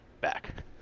back